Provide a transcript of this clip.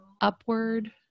upward